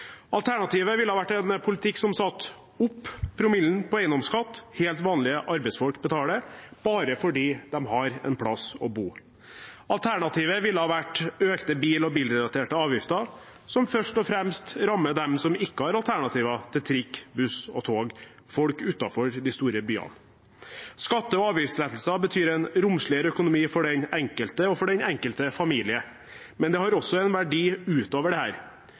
Alternativet ville vært en politikk som satte opp promillen på eiendomsskatt, som helt vanlige arbeidsfolk betaler bare fordi de har en plass å bo. Alternativet ville vært økte bil- og bilrelaterte avgifter, som først og fremst rammer dem som ikke har alternativer som trikk, buss og tog – folk utenfor de store byene. Skatte- og avgiftslettelser betyr en romsligere økonomi for den enkelte og for den enkelte familie, men det har også en verdi ut over det.